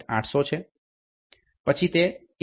800 છે પછી તે 1